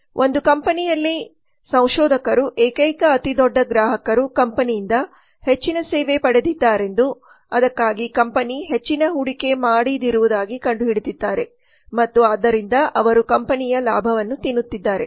ಒಂದು ಕಂಪನಿಯಲ್ಲಿ ಸಂಶೋಧಕರು ಏಕೈಕ ಅತಿದೊಡ್ಡ ಗ್ರಾಹಕರು ಕಂಪನಿಯಿಂದ ಹೆಚ್ಚಿನ ಸೇವೆ ಪಡೆದಿದ್ದಾರೆಂದು ಅದಕ್ಕಾಗಿ ಕಂಪನಿ ಹೆಚ್ಚಿನ ಹೂಡಿಕೆ ಮಾಡಿದಿರುವುದಾಗಿ ಕಂಡುಹಿಡಿದಿದ್ದಾರೆ ಮತ್ತು ಆದ್ದರಿಂದ ಅವರು ಕಂಪನಿಯ ಲಾಭವನ್ನು ತಿನ್ನುತ್ತಿದ್ದಾರೆ